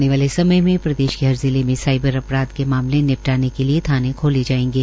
आने वाले समय में प्रदेश के हर जिले मे साईबर अपराध के मामले निपटाने के लिए थाने खोले जायेंगे